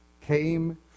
came